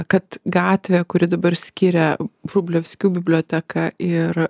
kad gatvė kuri dabar skiria vrublevskių biblioteką ir